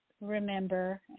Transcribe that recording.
remember